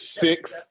six